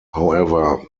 however